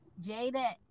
Jada